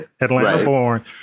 Atlanta-born